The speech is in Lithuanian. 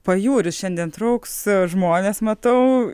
pajūris šiandien trauks žmones matau